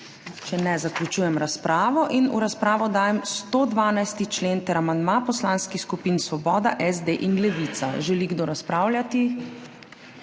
Če ne, zaključujem razpravo. V razpravo dajem 112. člen ter amandma poslanskih skupin Svoboda, SD in Levica. Želi kdo razpravljati?